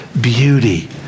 beauty